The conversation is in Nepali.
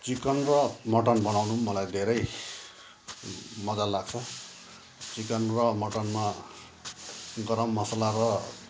चिकन र मटन बनाउनु पनि मलाई धेरै मजा लाग्छ चिकन र मटनमा गरम मसला र